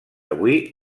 avui